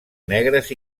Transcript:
negres